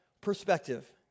perspective